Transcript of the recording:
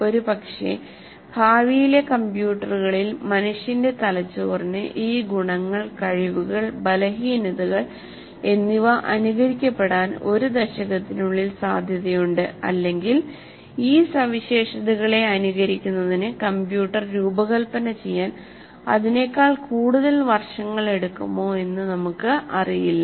ഒരുപക്ഷെ ഭാവിയിലെ കമ്പ്യൂട്ടറുകളിൽ മനുഷ്യ തലച്ചോറിന്റെ ഈ ഗുണങ്ങൾ കഴിവുകൾ ബലഹീനതകൾ എന്നിവ അനുകരിക്കപ്പെടാൻ ഒരു ദശകത്തിനുള്ളിൽ സാധ്യതയുണ്ട് അല്ലെങ്കിൽ ഈ സവിശേഷതകളെ അനുകരിക്കുന്നതിന് കമ്പ്യൂട്ടർ രൂപകൽപ്പന ചെയ്യാൻ അതിനേക്കാൾ കൂടുതൽ വർഷങ്ങൾ എടുക്കുമോ എന്ന് നമുക്ക് അറിയില്ല